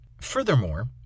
Furthermore